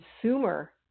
consumer